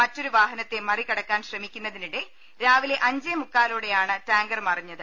മറ്റൊരു വാഹനത്തെ മറികടക്കാൻ ശ്രമിക്കുന്നതിനിടെ രാവിലെ അഞ്ചേ മുക്കാലോടെയാണ് ടാങ്കർ മറിഞ്ഞത്